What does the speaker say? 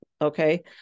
okay